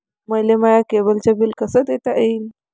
मले माया केबलचं बिल कस देता येईन?